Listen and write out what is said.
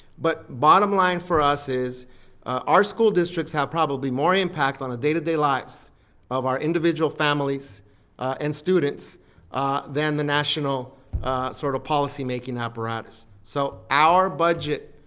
but bottom line for us is our school districts have probably more impact on the day to day lives of our individual families and students than the national sort of policy making apparatus. so our budget,